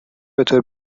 بطور